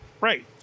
Right